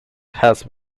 has